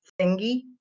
thingy